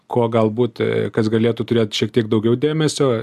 ko galbūt kas galėtų turėt šiek tiek daugiau dėmesio